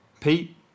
Pete